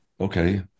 okay